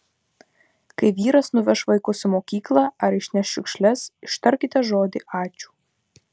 kai vyras nuveš vaikus į mokyklą ar išneš šiukšles ištarkite žodį ačiū